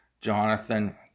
Jonathan